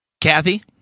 kathy